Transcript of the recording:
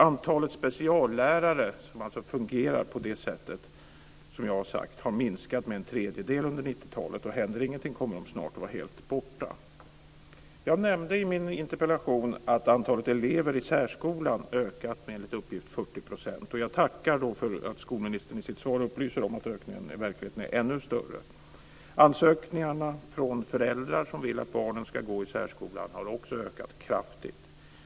Antalet speciallärare, som alltså fungerar på det sätt som jag har sagt, har minskar med en tredjedel under 90-talet. Händer det ingenting kommer de snart att vara helt borta. Jag nämnde i min interpellation att antalet elever i särskolan ökat med enligt uppgift 40 %. Jag tackar för att skolministern i sitt svar upplyser om att ökningen i verkligheten är ännu större. Ansökningarna från föräldrar som vill att barnen ska gå i särskolan har också ökat kraftigt.